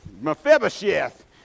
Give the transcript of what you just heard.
Mephibosheth